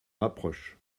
rapproche